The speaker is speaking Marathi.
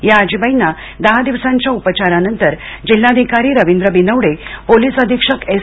या आजीबाईना दहा दिवसांच्या उपचारानंतर जिल्हाधिकारी रवींद्र बिनवडे पोलीस अधीक्षक एस